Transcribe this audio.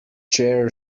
chair